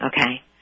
Okay